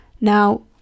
Now